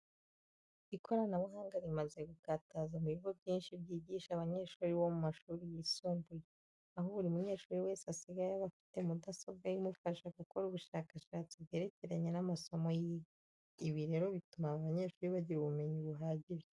Ikoranabuhanga rimaze gukataza mu bigo byinshi byigisha abanyeshuri bo mu mashuri yisumbuye, aho buri munyeshuri wese asigaye aba afite mudasobwa ye imufasha gukora ubushakashatsi bwerekeranye n'amasomo yiga. Ibi rero bituma aba banyeshuri bagira ubumenyi buhagije.